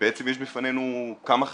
ובעצם יש בפנינו כמה חסמים.